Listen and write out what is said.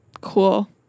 cool